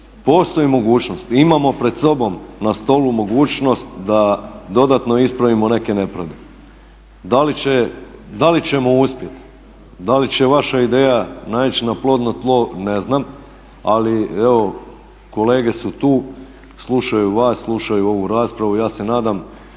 postoji mogućnost, imamo pred sobom na stolu mogućnost da dodatno ispravimo neke nepravde. Da li ćemo uspjeti? Da li će vaša ideja naići na plodno tlo? Ne znam. Ali, evo kolege su tu, slušaju vas, slušaju ovu raspravu. Ja se nadam